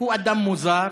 הוא אדם מוזר,